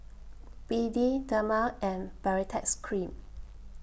B D Dermale and Baritex Cream